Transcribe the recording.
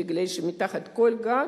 בגלל שמתחת כל גג,